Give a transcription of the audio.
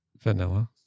vanilla